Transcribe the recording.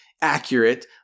accurate